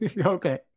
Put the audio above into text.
okay